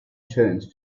turns